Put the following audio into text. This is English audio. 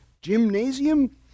Gymnasium